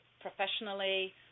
professionally